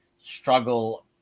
struggle